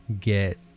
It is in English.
get